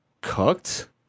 cooked